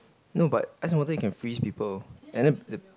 no but ice and water you can freeze people and then b~